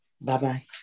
Bye-bye